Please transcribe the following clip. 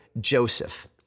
Joseph